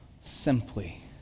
simply